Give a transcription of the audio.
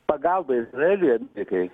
pagalba izraeliui amerikai